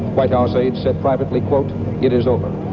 white house aides said privately, it is over.